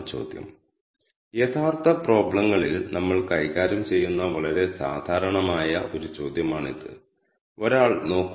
csv ആണ് കൂടാതെ നിങ്ങൾക്ക് റോ നെയിമുകൾ നൽകുന്ന ഒരു കോളം ഉണ്ടെങ്കിൽ നിങ്ങൾക്ക് ആ പ്രത്യേക കോളത്തിൽ റോ നെയിമുകൾ നൽകാം